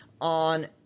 on